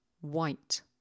white